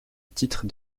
titre